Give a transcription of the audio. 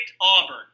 Auburn